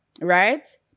right